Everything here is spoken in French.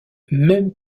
même